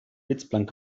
blitzblank